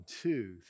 two